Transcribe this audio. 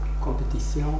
compétition